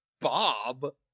Bob